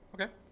Okay